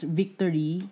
victory